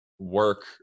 work